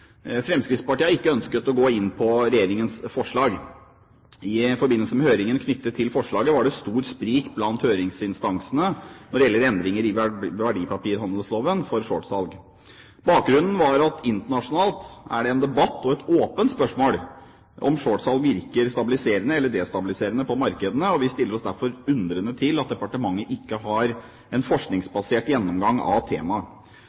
Fremskrittspartiet har ikke ønsket å gå inn på regjeringens forslag. I forbindelse med høringen knyttet til forslaget var det stor sprik blant høringsinstansene når det gjelder endringer i verdipapirhandelloven for shortsalg. Bakgrunnen var at internasjonalt er det en debatt og et åpent spørsmål om shortsalg virker stabiliserende eller destabiliserende på markedene, og vi stiller oss derfor undrende til at departementet ikke har en forskningsbasert gjennomgang av temaet.